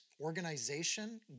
organization